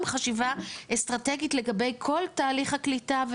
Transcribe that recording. חשיבה אסטרטגית לגבי כל תהליך הקליטה.